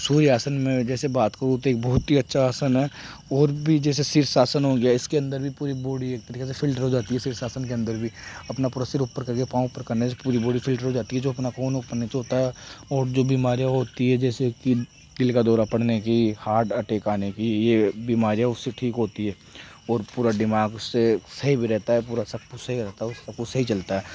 सूर्य आसन में जैसे बात करूँ तो एक बहुत ही अच्छा आसन है ओर भी जैसे सीर्षासन हो गया इसके अंदर भी पूरी बॉडी एक तरीके से फ़िल्टर हो जाती है सीर्षासन के अंदर भी अपना पूरा सिर ऊपर करके पांव ऊपर करने से पूरी बॉडी फ़िल्टर हो जाती है जो अपना खून ऊपर नीचे होता है और जो बीमारियाँ होती हैं जैसे कि दिल का दौरा पड़ने की हार्ट अटेक आने की ये बीमारीयाँ उससे ठीक होती हैं ओर पूरा दिमाग उससे सही भी रहता है पूरा सही रहता है